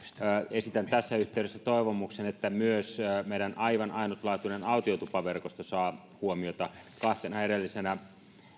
esitän tässä yhteydessä toivomuksen että myös meidän aivan ainutlaatuinen autiotupaverkostomme saa huomiota kahtena edellisenä